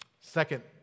Second